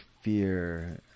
fear